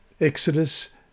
Exodus